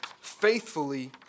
faithfully